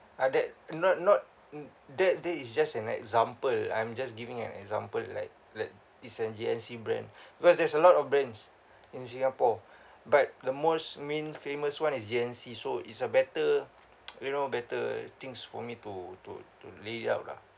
ah that not not that that is just an example I'm just giving an example like like it's a G_N_C brand because there's a lot of brands in singapore but the most I mean famous one is G_N_C so it's a better you know better things for me to to to lay out ah